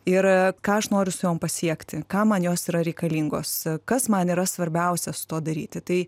ir ką aš noriu su jom pasiekti kam man jos yra reikalingos kas man yra svarbiausia su tuo daryti tai